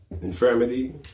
infirmity